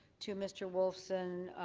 to mr. wolfson,